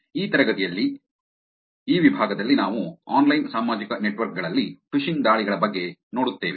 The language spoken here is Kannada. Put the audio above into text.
ಈ ತರಗತಿಯಲ್ಲಿ ಈ ವಿಭಾಗದಲ್ಲಿ ನಾವು ಆನ್ಲೈನ್ ಸಾಮಾಜಿಕ ನೆಟ್ವರ್ಕ್ ಗಳಲ್ಲಿ ಫಿಶಿಂಗ್ ದಾಳಿಗಳ ಬಗ್ಗೆ ನೋಡುತ್ತೇವೆ